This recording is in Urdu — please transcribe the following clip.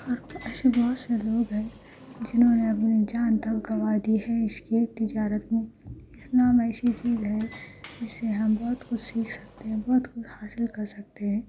اور ایسے بہت سے لوگ ہیں جنہوں نے اپنی جان تک گنوا دی ہے اس کے تجارت میں اسلام ایسی چیز ہے جس سے ہم بہت کچھ سیکھ سکتے ہیں بہت کچھ حاصل کر سکتے ہیں